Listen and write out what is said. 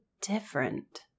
different